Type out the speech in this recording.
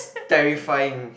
terrifying